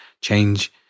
change